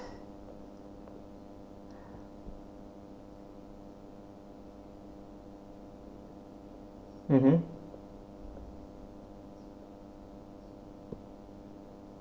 mmhmm